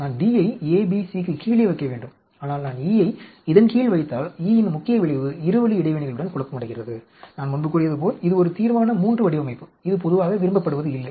நான் D யை A B C க்கு கீழே வைக்கவேண்டும் ஆனால் நான் E யை இதன் கீழ் வைத்தால் E இன் முக்கிய விளைவு இரு வழி இடைவினைகளுடன் குழப்பமடைகிறது நான் முன்பு கூறியது போல் இது ஒரு தீர்மான III வடிவமைப்பு இது பொதுவாக விரும்பப்படுவதில்லை